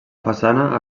façana